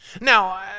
Now